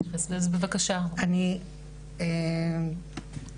אני רוצה